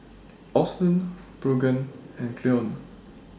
Austen Brogan and Cleone